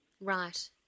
Right